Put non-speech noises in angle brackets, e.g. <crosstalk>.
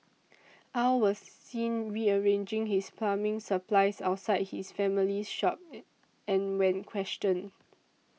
Aw was seen rearranging his plumbing supplies outside his family's shop <unintelligible> and when questioned